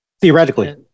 Theoretically